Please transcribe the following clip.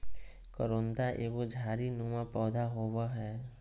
करोंदा एगो झाड़ी नुमा पौधा होव हय